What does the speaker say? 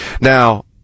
Now